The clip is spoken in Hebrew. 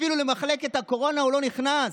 אפילו למחלקת הקורונה הוא לא נכנס.